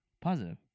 Positive